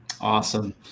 Awesome